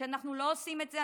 כשאנחנו לא עושים את זה,